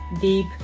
deep